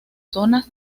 zonas